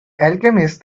alchemist